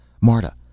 Marta